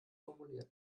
formuliert